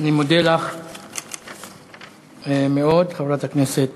אני מודה לך מאוד, חברת הכנסת